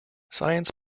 science